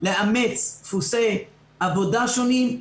לאמץ דפוסי עבודה שונים,